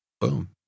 Boom